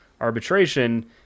arbitration